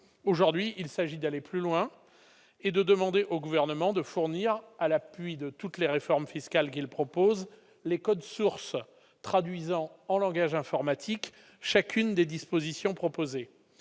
aujourd'hui il s'agit d'aller plus loin et de demander au gouvernement de fournir à l'appui de toutes les réformes fiscales qu'il propose les codes sources traduisant en langage informatique, chacune des dispositions proposées,